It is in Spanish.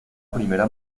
primera